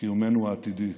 קיומנו העתידי.